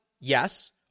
Yes